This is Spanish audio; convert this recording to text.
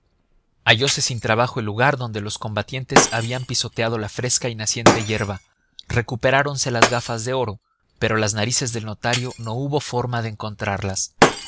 enemigos hallose sin trabajo el lugar donde los combatientes habían pisoteado la fresca y naciente hierba recuperáronse las gafas de oro pero las narices del notario no hubo forma de encontrarlas